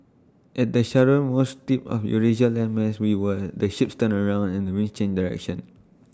at the southernmost tip of Eurasia landmass we where are the ships turn around and the winds change direction